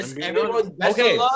Okay